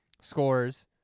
scores